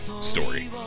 story